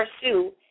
pursue